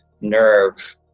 nerve